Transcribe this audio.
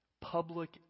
public